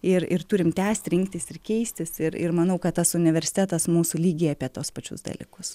ir ir turim tęsti rinktis ir keistis ir ir manau kad tas universitetas mūsų lygiai apie tuos pačius dalykus